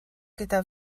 gyda